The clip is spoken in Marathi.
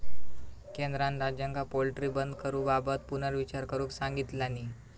केंद्रान राज्यांका पोल्ट्री बंद करूबाबत पुनर्विचार करुक सांगितलानी